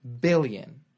billion